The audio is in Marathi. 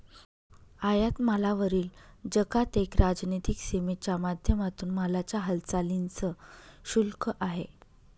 आयात मालावरील जकात एक राजनीतिक सीमेच्या माध्यमातून मालाच्या हालचालींच शुल्क आहे